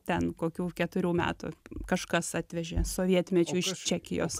ten kokių keturių metų kažkas atvežė sovietmečiu iš čekijos